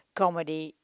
comedy